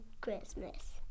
Christmas